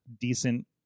decent